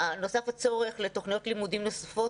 נוצר הצורך לתוכניות לימודים נוספות,